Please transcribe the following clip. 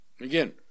again